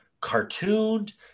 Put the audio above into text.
cartooned